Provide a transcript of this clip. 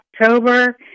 October